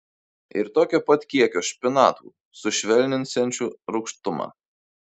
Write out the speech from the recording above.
ir tokio pat kiekio špinatų sušvelninsiančių rūgštumą